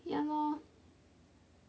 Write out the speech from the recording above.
ya lor